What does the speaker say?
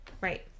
Right